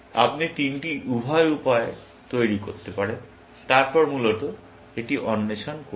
আপনি তিনটি উভয় উপায়ে তৈরি করতে পারেন এবং তারপরে মূলত এটি অন্বেষণ করুন